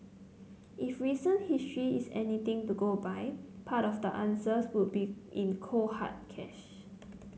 if recent history is anything to go by part of the answers will be in cold hard cash